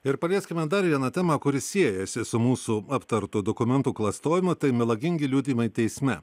ir palieskime dar vieną temą kuri siejasi su mūsų aptartu dokumentų klastojimu tai melagingi liudijimai teisme